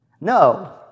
No